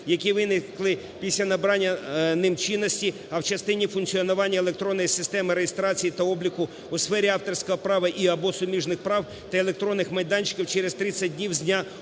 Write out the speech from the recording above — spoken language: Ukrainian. які виникли після набрання ним чинності, а в частині функціонування електронної системи реєстрації та обліку у сфері авторського права і (або) суміжних прав та електронних майданчиків - через 30 днів з дня